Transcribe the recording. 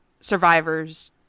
survivors